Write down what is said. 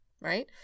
right